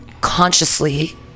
consciously